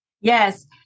Yes